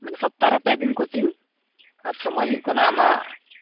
ᱢᱟᱱᱮ ᱥᱚᱯᱛᱟᱦᱚ ᱨᱮ ᱯᱮ ᱫᱤᱱ ᱠᱳᱪᱤᱝ ᱟᱨ ᱥᱚᱢᱳᱭ ᱦᱩᱭᱩᱜ ᱠᱟᱱᱟ ᱟᱢᱟᱜ